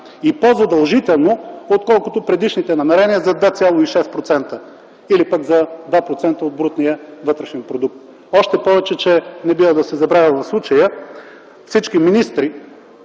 и по-задължително, отколкото предишните намерения за 2,6%, или пък за 2% от брутния вътрешен продукт? Още повече, че в случая не бива да се забравя, че всички министри,